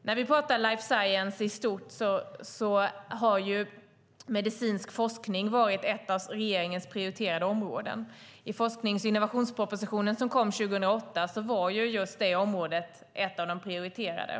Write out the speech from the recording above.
När vi pratar life science i stort har medicinsk forskning varit ett av regeringens prioriterade områden. I forsknings och innovationspropositionen som kom 2008 var just detta område ett av de prioriterade.